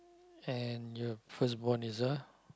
and your firstborn is a